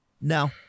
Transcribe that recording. no